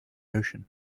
ocean